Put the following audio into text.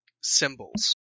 symbols